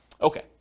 Okay